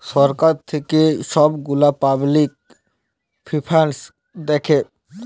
ছরকার থ্যাইকে ছব গুলা পাবলিক ফিল্যাল্স দ্যাখে